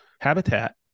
Habitat